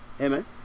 amen